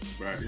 right